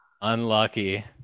unlucky